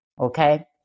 okay